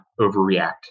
overreact